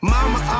Mama